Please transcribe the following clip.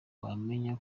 wamenya